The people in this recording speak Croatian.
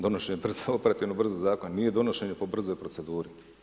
Donošenje operativnog, brzog Zakona nije donošenje po brzoj proceduri.